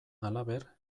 halaber